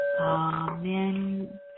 Amen